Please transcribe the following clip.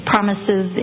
promises